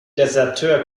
deserteur